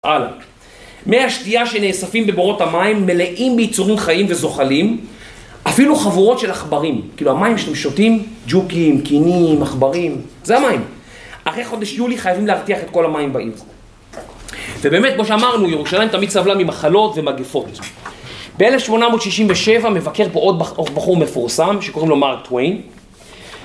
הלאה. מי השתייה שנאספים בבורות המים, מלאים מיצורים חיים וזוחלים, אפילו חבורות של עכברים, כאילו המים שאתם שותים, ג'וקים, כינים, עכברים, זה המים. אחרי חודש יולי חייבים להרתיח את כל המים בעיר. ובאמת, כמו שאמרנו, ירושלים תמיד סבלה ממחלות ומגפות. ב-1867 מבקר פה עוד בחור מפורסם שקוראים לו מרק טויין.